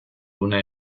una